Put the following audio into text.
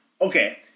Okay